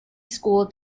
school